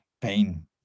pain